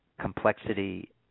complexity